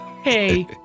Hey